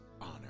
honor